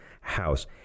house